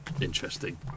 interesting